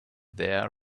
their